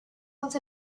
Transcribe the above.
once